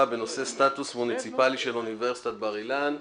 בנושא סטטוס מוניציפלי של אוניברסיטת בר אילן.